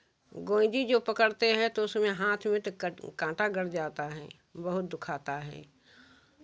गोंइदी जो पकड़ते हैं तो उसमें हाथ में कट काँटा गढ़ जाता हैं बहुत दुखाता है